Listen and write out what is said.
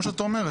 כמו שאת אומרת,